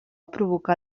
provocar